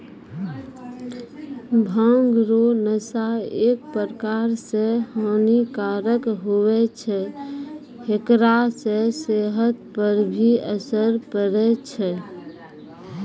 भांग रो नशा एक प्रकार से हानी कारक हुवै छै हेकरा से सेहत पर भी असर पड़ै छै